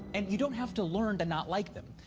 and you don't have to learn to not like them.